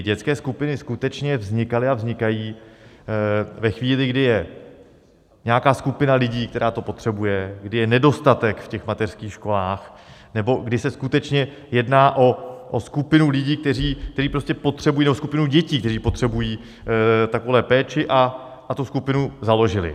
Dětské skupiny skutečně vznikaly a vznikají ve chvíli, kdy je nějaká skupina lidí, která to potřebuje, kdy je nedostatek v mateřských školách nebo kdy se skutečně jedná o skupinu lidí, kteří prostě potřebují jinou skupinu dětí, které potřebují takovouhle péči, a tu skupinu založili.